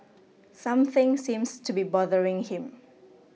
something seems to be bothering him